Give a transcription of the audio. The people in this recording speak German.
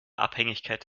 abhängigkeit